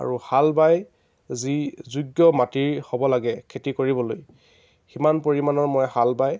আৰু হাল বাই যি যোগ্য মাটিৰ হ'ব লাগে খেতি কৰিবলৈ সিমান পৰিমাণৰ মই হাল বাই